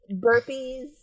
burpees